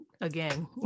again